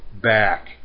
back